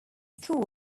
school